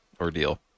ordeal